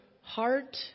heart